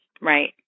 Right